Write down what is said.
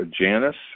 Janice